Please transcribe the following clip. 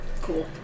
Cool